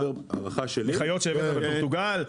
מחיות שהבאת מפורטוגל?